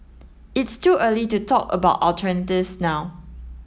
it's too early to talk about alternatives now